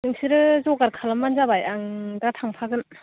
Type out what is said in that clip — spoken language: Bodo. नोंसोरो जगार खालामबानो जाबाय आं दा थांफागोन